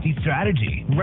Strategy